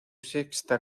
sexta